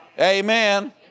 Amen